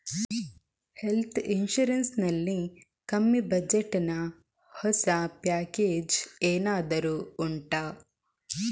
health insurance ನಲ್ಲಿ ಕಮ್ಮಿ budget ನ ಹೊಸ ಪ್ಯಾಕೇಜ್ ಏನಾದರೂ ಉಂಟಾ